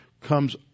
comes